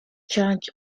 charge